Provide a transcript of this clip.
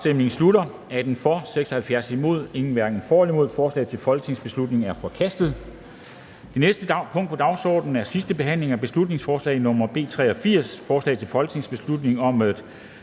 og Orla Østerby (UFG)), hverken for eller imod stemte 0. Forslaget til folketingsbeslutning er forkastet. --- Det næste punkt på dagsordenen er: 18) 2. (sidste) behandling af beslutningsforslag nr. B 83: Forslag til folketingsbeslutning om at